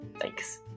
Thanks